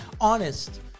honest